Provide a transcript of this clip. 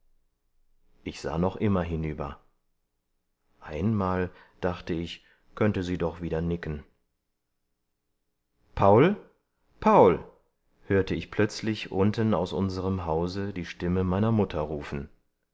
ich sah noch immer hinüber einmal dachte ich könnte sie doch wieder nicken paul paul hörte ich plötzlich unten aus unserem hause die stimme meiner mutter rufen